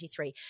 2023